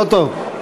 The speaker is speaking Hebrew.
לא טוב.